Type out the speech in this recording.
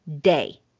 day